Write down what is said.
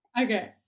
Okay